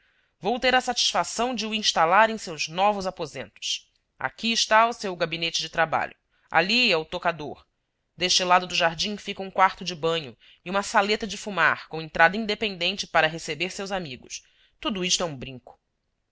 vou ter a satisfação de o instalar em seus novos aposentos aqui está o seu gabinete de trabalho ali é o toucador deste lado do jardim fica um quarto de banho e uma saleta de fumar com entrada independente para receber seus amigos tudo isto é um brinco